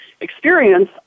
experience